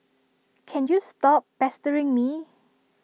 can you stop pestering me